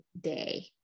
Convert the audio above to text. day